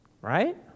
right